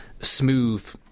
smooth